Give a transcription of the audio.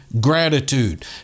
gratitude